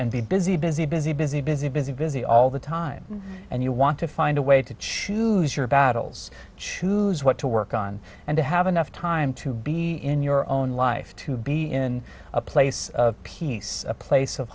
and be busy busy busy busy busy busy busy all the time and you want to find a way to choose your battles choose what to work on and to have enough time to be in your own life to be in a place of peace a place of